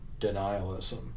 denialism